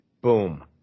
Boom